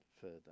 further